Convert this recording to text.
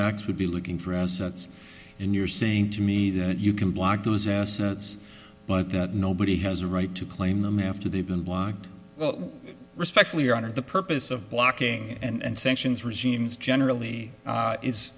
acts would be looking for us and you're saying to me that you can block those assets but nobody has a right to claim them after they've been blocked well respectfully your honor the purpose of blocking and sanctions regimes generally